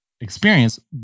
experience